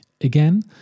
Again